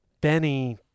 Benny